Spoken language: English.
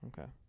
okay